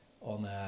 on